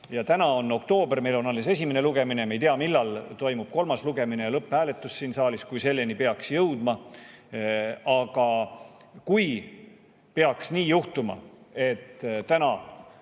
Täna on oktoober, meil on alles esimene lugemine, me ei tea, millal toimub kolmas lugemine ja lõpphääletus siin saalis, kui me selleni peaks jõudma. Aga kui peaks nii juhtuma, et täna